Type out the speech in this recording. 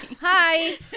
Hi